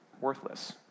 worthless